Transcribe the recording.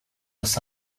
los